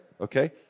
Okay